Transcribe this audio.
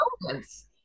moments